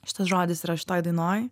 šitas žodis yra šitoj dainoj